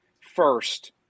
first